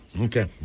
okay